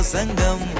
Sangam